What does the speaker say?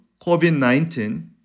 COVID-19